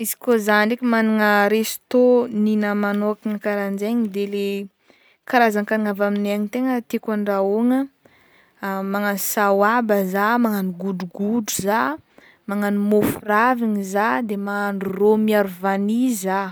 Izy koa zaho ndraiky managna resto ninahy manokana karahan-jaigny de le karazan-kagnina avy aminay any tegna tiako andrahoigna magnano sawba zaho magnano godrogodro zaho magnano môfo ravigny zaho de mahandro rô miaro vanio zaho.